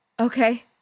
Okay